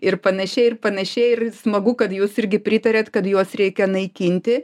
ir panašiai ir panašiai ir smagu kad jūs irgi pritarėt kad juos reikia naikinti